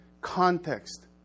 context